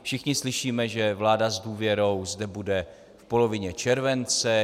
Všichni slyšíme, že vláda s důvěrou zde bude v polovině července.